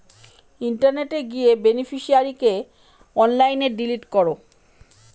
ইন্টারনেটে গিয়ে বেনিফিশিয়ারিকে অনলাইনে ডিলিট করো